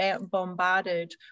bombarded